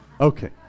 Okay